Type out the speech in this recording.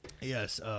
Yes